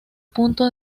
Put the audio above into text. punto